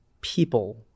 people